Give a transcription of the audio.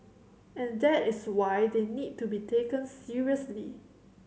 and that is why they need to be taken seriously